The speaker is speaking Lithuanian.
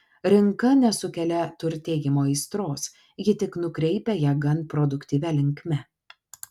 rinka nesukelia turtėjimo aistros ji tik nukreipia ją gan produktyvia linkme